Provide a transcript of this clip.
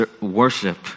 worship